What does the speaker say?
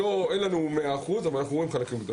אין לנו מאה אחוז, אבל אנחנו רואים חלקים גדולים.